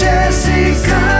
Jessica